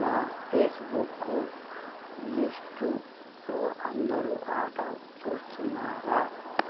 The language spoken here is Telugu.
నా పేస్ బుక్ లిస్టులో అందరు ఆట చూస్తున్నారా